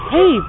Hey